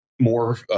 more